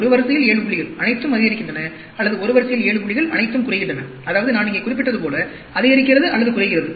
ஒரு வரிசையில் 7 புள்ளிகள் அனைத்தும் அதிகரிக்கின்றன அல்லது ஒரு வரிசையில் 7 புள்ளிகள் அனைத்தும் குறைகின்றன அதாவது நான் இங்கே குறிப்பிட்டது போல அதிகரிக்கிறது அல்லது குறைகிறது